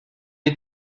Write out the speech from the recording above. est